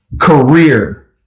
career